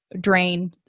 drain